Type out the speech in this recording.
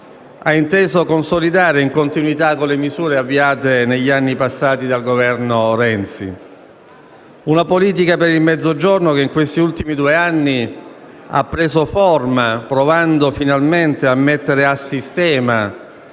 ha inteso consolidare, in continuità con le misure avviate negli anni passati dal Governo Renzi. Una politica per il Mezzogiorno che in questi ultimi due anni ha preso forma, provando finalmente a mettere a sistema